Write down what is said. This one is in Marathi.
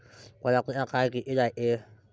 पराटीचा काळ किती रायते?